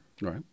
Right